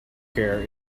care